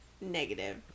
Negative